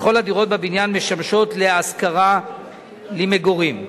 וכל הדירות בבניין משמשות להשכרה למגורים.